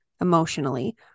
emotionally